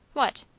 what?